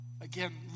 Again